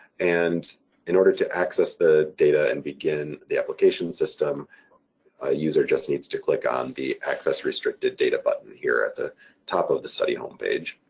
and in order to access the data and begin the application system user just needs to click on the access restricted data button here at the top of the study homepage.